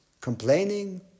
complaining